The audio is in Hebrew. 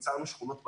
ייצרנו שכונות,